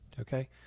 okay